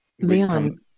Leon